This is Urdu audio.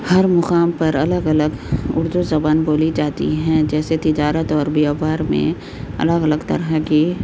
ہر مقام پر الگ الگ اردو زبان بولی جاتی ہیں جیسے تجارت اور بیوپار میں الگ الگ طرح کی